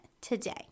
today